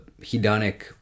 hedonic